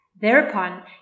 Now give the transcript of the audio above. Thereupon